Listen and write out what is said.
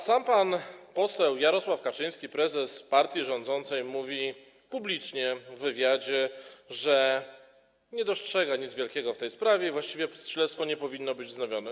Sam pan poseł Jarosław Kaczyński, prezes partii rządzącej, mówi publicznie w wywiadzie, że nie dostrzega nic wielkiego w tej sprawie i właściwie śledztwo nie powinno być wznowione.